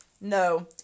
no